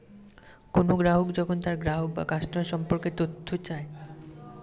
কোন ব্যাঙ্ক যখন তার গ্রাহক বা কাস্টমার সম্পর্কে তথ্য চায়